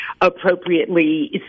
appropriately